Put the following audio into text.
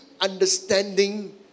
understanding